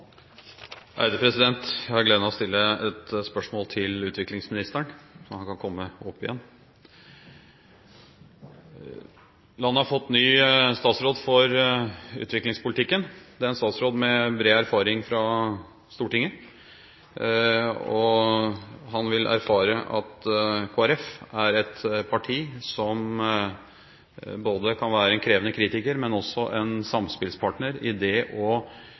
Jeg har gleden av å stille et spørsmål til utviklingsministeren – så han kan komme opp igjen. Landet har fått ny statsråd for utviklingspolitikken. Det er en statsråd med bred erfaring fra Stortinget. Han vil erfare at Kristelig Folkeparti er et parti som kan være både en krevende kritiker og en samspillspartner